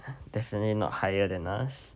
definitely not higher than us